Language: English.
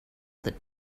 that